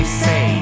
say